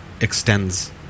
extends